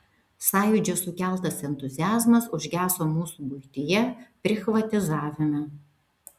sąjūdžio sukeltas entuziazmas užgeso mūsų buityje prichvatizavime